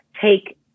take